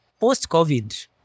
post-COVID